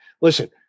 listen